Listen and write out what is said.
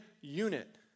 unit